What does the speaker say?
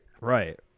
Right